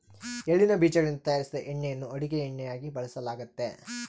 ಎಳ್ಳಿನ ಬೀಜಗಳಿಂದ ತಯಾರಿಸಿದ ಎಣ್ಣೆಯನ್ನು ಅಡುಗೆ ಎಣ್ಣೆಯಾಗಿ ಬಳಸಲಾಗ್ತತೆ